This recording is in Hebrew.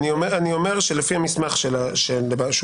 אני אומר שלפי המסמך - שוב,